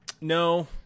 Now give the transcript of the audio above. no